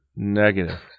Negative